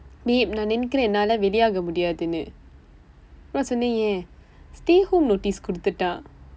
babe நான் நினைக்கிறேன் என்னால வெளியே ஆக முடியாதுனு அப்புறம் சொன்னேன் ஏன்:naan ninaikkireen ennaala veliyee aaka mudiyaathunu appuram soneen een stay home notice கொடுத்துட்டான்:koduththutdaan